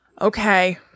Okay